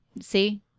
See